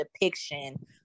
depiction